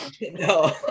No